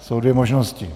Jsou dvě možnosti.